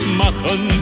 machen